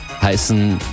heißen